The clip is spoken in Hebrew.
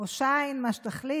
או שיין,